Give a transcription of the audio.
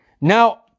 Now